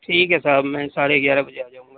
ٹھیک ہے صاحب میں ساڑھے گیارہ بجے آ جاؤں گا